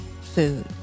food